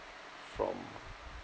from